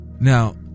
now